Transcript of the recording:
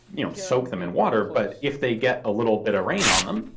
you know, soak them in water, but if they get a little bit of rain on them,